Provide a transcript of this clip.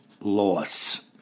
loss